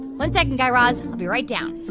one second, guy raz. and i'll be right down